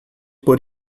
por